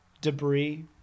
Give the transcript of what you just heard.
debris